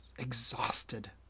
exhausted